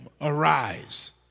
Arise